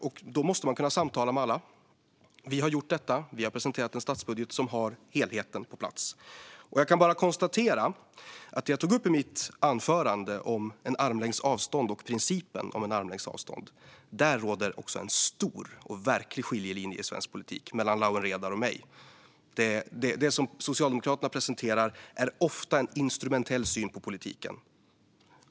Då måste man kunna samtala med alla. Vi har gjort detta. Vi har presenterat en statsbudget som har helheten på plats. Jag kan bara konstatera att när det gäller det jag tog upp i mitt anförande om principen om en armlängds avstånd finns det en tydlig och verklig skiljelinje i svensk politik mellan Lawen Redar och mig. Det Socialdemokraterna presenterar är ofta en instrumentell syn på politiken.